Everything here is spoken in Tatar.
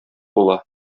була